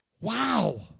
Wow